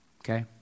Okay